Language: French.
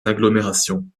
agglomération